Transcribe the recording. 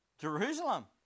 Jerusalem